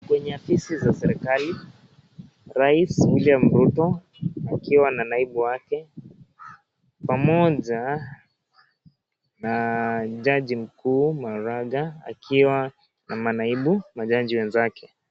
Kwenye ofisi za serikali raisi Wiliiam Ruto akiwa na naibu wake pamoja na jaji mkuu Maraga akiwa na manaibu wajaji wenzake.